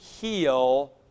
heal